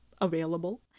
available